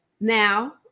now